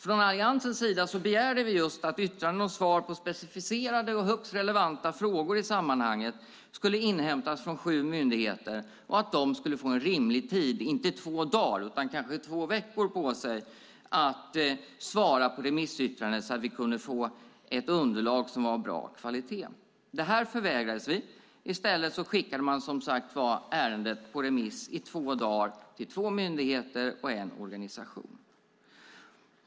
Från Alliansens sida begärde vi just att yttranden och svar på specificerade och högst relevanta frågor i sammanhanget skulle inhämtas från sju myndigheter och att de skulle få en rimlig tid på sig, inte två dagar utan kanske två veckor, att svara på remissen så att vi kunde få ett underlag som var av bra kvalitet. Detta förvägrades vi. I stället skickade man som sagt ärendet på remiss i två dagar till två myndigheter och en organisation.